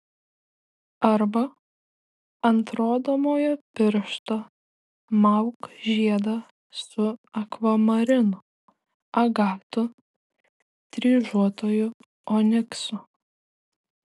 arba ant rodomojo piršto mauk žiedą su akvamarinu agatu dryžuotuoju oniksu